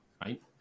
Right